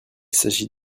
s’agit